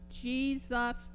Jesus